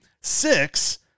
six